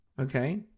okay